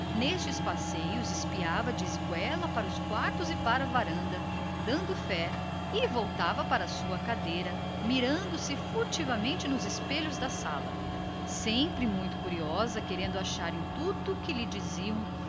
nestes passeios olhava de esguelha para os quartos e para a varanda dando fé e voltava à sua cadeira mirando se a furto nos espelhos da sala sempre muito curiosa irrequieta querendo achar em tudo que lhe diziam